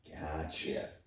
Gotcha